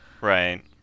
Right